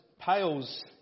pales